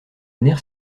nerfs